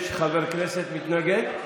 יש חבר כנסת מתנגד?